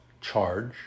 charge